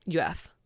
UF